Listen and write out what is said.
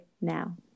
now